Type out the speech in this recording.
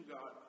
God